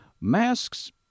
Masks